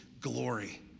glory